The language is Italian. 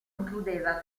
includeva